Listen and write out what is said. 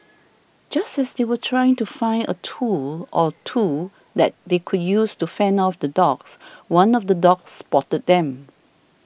just as they were trying to find a tool or two that they could use to fend off the dogs one of the dogs spotted them